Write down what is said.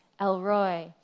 Elroy